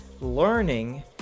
learning